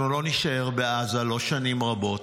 אנחנו לא נישאר בעזה, לא שנים רבות.